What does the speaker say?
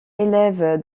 élève